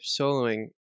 soloing